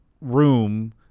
room